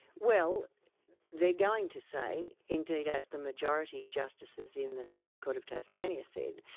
well they're going to say, indeed as the majority justices in the supreme court of tasmania said,